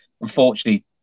unfortunately